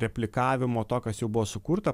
replikavimo to kas jau buvo sukurta